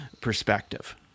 perspective